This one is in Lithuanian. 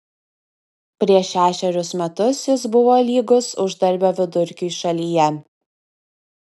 prieš šešerius metus jis buvo lygus uždarbio vidurkiui šalyje